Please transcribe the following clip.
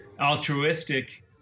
altruistic